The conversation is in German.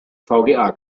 vga